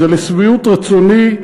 זה לשביעות רצוני,